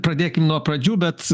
pradėkim nuo pradžių bet